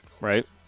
Right